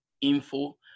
info